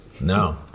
no